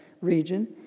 region